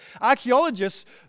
Archaeologists